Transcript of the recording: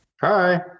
hi